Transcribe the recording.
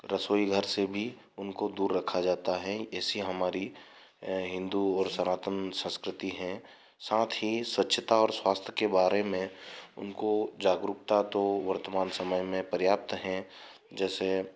रसोई घर से भी उनको दूर रखा जाता है ऐसी हमारी हिन्दू और सनातन संस्कृति है साथ ही स्वच्छता और स्वस्थ्य के बारे में उनको जागरूकता तो वर्तमान समय में पर्याप्त हैं जैसे